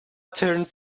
turned